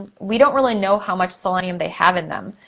we don't really know how much selenium they have in them.